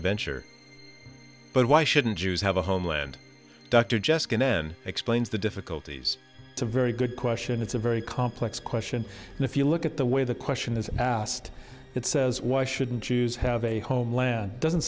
a venture but why shouldn't jews have a homeland dr jeske n n explains the difficulties to very good question it's a very complex question and if you look at the way the question is asked it says why shouldn't use have a homeland doesn't